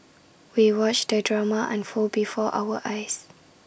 we watched the drama unfold before our eyes